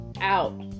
out